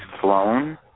flown